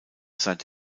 seit